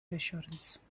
assurance